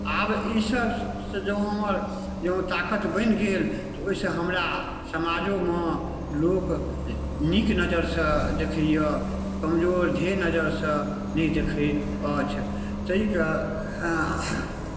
आब ईसभसँ जँ हमर जँ ताकत बनि गेल तऽ ओहिसँ हमरा समाजोमे लोक नीक नजरिसँ देखैए कमजोर हेय नजरिसँ नहि देखै अछि ताहिके